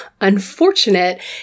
unfortunate